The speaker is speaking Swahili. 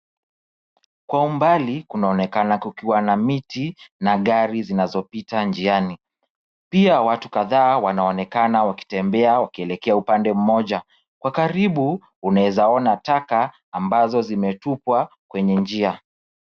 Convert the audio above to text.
Kwa umbali kunaonekana kukiwa na miti na gari zinazopita njiani . Pia watu kadhaa wanonekana wakitembea wakielekea upande mmoja. Kwa karibu unaweza ona taka ambazo zimetupwa kwenye njia.